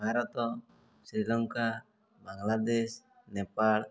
Bharat Sri Lanka Bangladesh Nepal